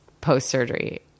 post-surgery